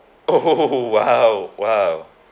oh !wow! !wow!